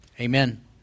Amen